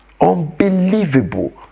Unbelievable